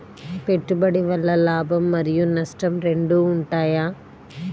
పెట్టుబడి వల్ల లాభం మరియు నష్టం రెండు ఉంటాయా?